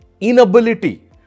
inability